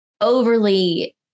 overly